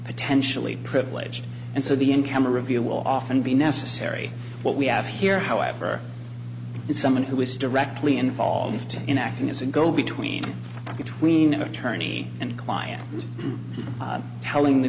potentially privileged and so the in camera view will often be necessary what we have here however it's someone who is directly involved in acting as a go between between an attorney and client telling the